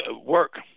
work